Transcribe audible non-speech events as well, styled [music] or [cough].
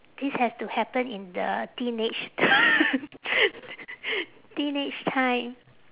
this has to happen in the teenage t~ [laughs] teenage time